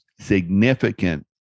significant